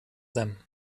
them